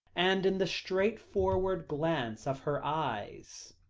and in the straightforward glance of her eyes.